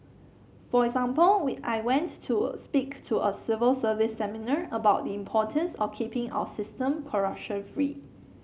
for example we I went to speak to a civil service seminar about the importance of keeping our system corruption free